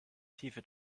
tiefe